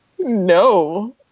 No